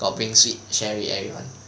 got bring sweet share with everyone